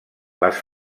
les